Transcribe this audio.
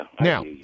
Now